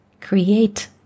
create